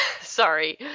sorry